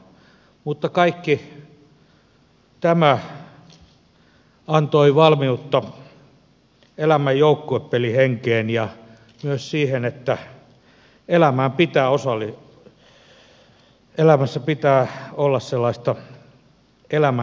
kaikki tämä antoi valmiutta elämän joukkuepelihenkeen ja myös siihen että elämässä pitää olla sellaista elämän pelihuumoria